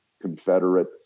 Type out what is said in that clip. confederate